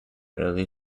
early